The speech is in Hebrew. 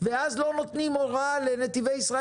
ואז לא נותנים הוראה לנתיבי ישראל